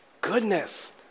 goodness